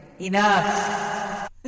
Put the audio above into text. Enough